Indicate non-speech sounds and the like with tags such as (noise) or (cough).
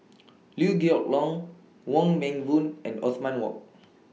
(noise) Liew Geok Leong Wong Meng Voon and Othman Wok